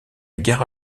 guerre